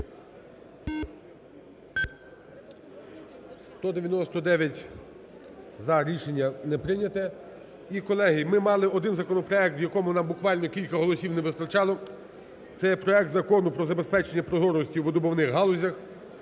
За-199 Рішення не прийнято. І, колеги, ми мали один законопроект, в якому нам буквально кілька голосів не вистачало. Це є проект Закону про забезпечення прозорості у видобувних галузях.